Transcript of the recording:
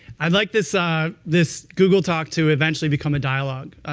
i'd like this ah this google talk to eventually become a dialogue,